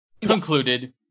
concluded